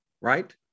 right